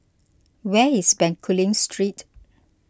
where is Bencoolen Street